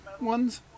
ones